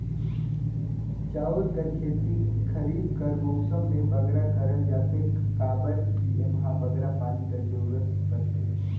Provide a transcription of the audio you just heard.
चाँउर कर खेती खरीब कर मउसम में बगरा करल जाथे काबर कि एम्हां बगरा पानी कर जरूरत परथे